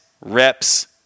reps